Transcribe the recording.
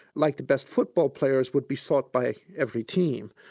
like the best football players, would be sought by every team.